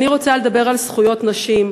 אני רוצה לדבר על זכויות נשים.